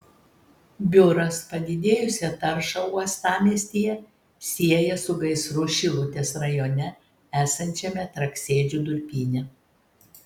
biuras padidėjusią taršą uostamiestyje sieja su gaisru šilutės rajone esančiame traksėdžių durpyne